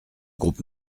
groupe